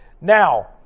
Now